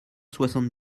soixante